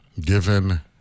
given